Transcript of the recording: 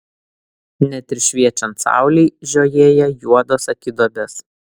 net ir šviečiant saulei žiojėja juodos akiduobės